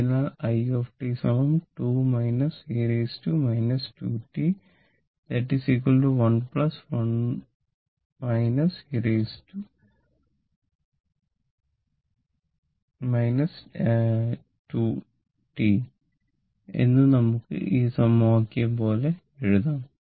അതിനാൽ i 2 e 2 t 1 1 et 2 tu എന്ന് നമുക്ക് ഈ സമവാക്യം പോലെ എഴുതാം